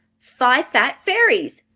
five fat fairies!